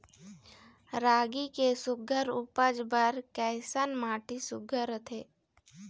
रागी के सुघ्घर उपज बर कैसन माटी सुघ्घर रथे?